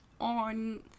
On